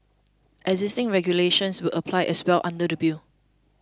existing regulations will apply as well under the bill